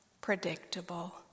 predictable